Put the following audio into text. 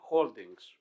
Holdings